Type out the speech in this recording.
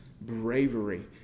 bravery